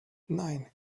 nine